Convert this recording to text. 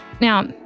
Now